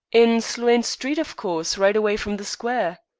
in sloane street, of course. right away from the square.